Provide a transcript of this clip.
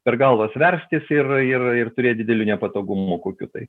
per galvas verstis ir ir ir turėt didelių nepatogumų kokių tai